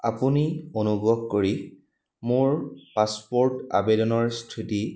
আপুনি অনুগ্ৰহ কৰি মোৰ পাছপোৰ্ট আবেদনৰ স্থিতি